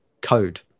code